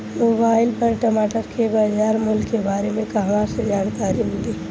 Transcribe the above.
Mobile पर टमाटर के बजार मूल्य के बारे मे कहवा से जानकारी मिली?